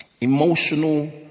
emotional